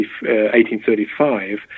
1835